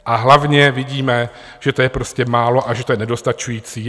A hlavně vidíme, že to je prostě málo a že to je nedostačující.